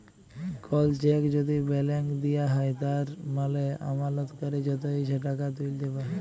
call cheque যদি blank দিঁয়া হ্যয় তার মালে আমালতকারি যত ইছা টাকা তুইলতে পারে